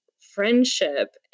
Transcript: friendship